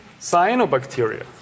cyanobacteria